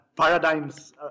paradigms